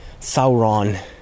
Sauron